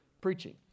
preaching